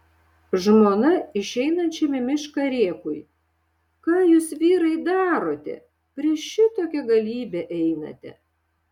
žmona išeinančiam į mišką rėkui ką jūs vyrai darote prieš šitokią galybę einate